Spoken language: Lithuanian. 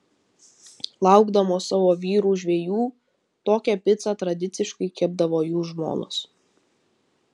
laukdamos savo vyrų žvejų tokią picą tradiciškai kepdavo jų žmonos